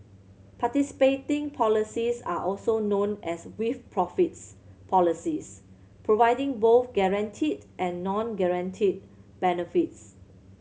participating policies are also known as with profits policies providing both guaranteed and non guaranteed benefits